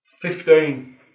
Fifteen